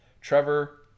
Trevor